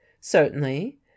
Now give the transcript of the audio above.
Certainly